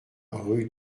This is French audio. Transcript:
rue